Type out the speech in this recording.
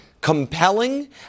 compelling